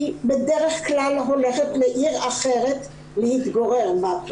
בדרך כלל היא הולכת לעיר אחרת להתגורר בה.